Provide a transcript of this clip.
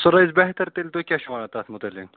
سُہ روزِ بہتر تیٚلہِ تُہۍ کیٛاہ چھُو وَنان تَتھ متعلق